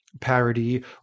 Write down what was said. parody